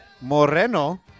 Moreno